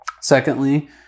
Secondly